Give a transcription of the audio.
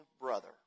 brother